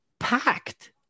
packed